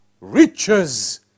Riches